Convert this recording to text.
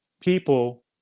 people